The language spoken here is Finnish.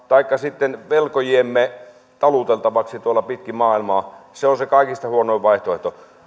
taikka sitten velkojiemme taluteltavaksi tuolla pitkin maailmaa on se kaikista huonoin vaihtoehto